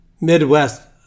Midwest